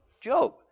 Job